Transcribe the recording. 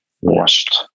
washed